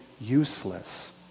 useless